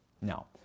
Now